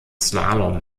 slalom